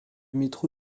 métro